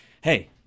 Hey